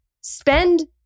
spend